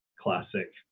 classic